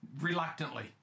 Reluctantly